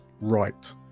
right